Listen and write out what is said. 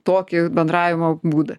tokį bendravimo būdą